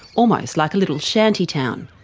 almost like a little shanty town.